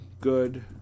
good